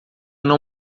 não